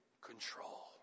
control